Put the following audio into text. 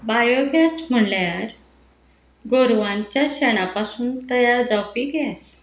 biogas म्हणल्यार गोरवांच्या शेणा पासून तयार जावपी गॅस